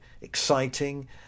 exciting